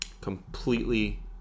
Completely